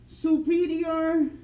superior